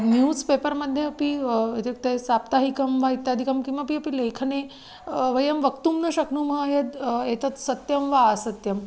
news पेपर्मध्ये अपि इत्युक्ते साप्ताहिकं वा इत्यादिकं किमपि अपि लेखने वयं वक्तुं न शक्नुमः यद् एतत् सत्यं वा असत्यम्